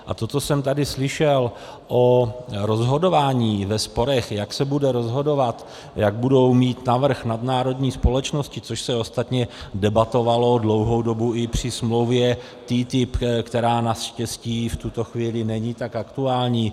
A co jsem tady slyšel o rozhodování ve sporech, jak se bude rozhodovat, jak budou mít navrch nadnárodní společnosti, což se ostatně debatovalo dlouhou dobu i při smlouvě TTIP, která naštěstí v tuto chvíli není tak aktuální.